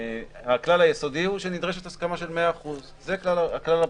הכלל היסודי הוא שנדרשת הסכמה של 100%. זה הכלל הבסיסי.